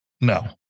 No